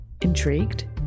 Intrigued